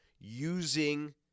using